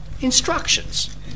Instructions